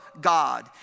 God